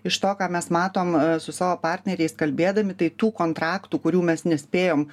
iš to ką mes matom su savo partneriais kalbėdami tai tų kontraktų kurių mes nespėjom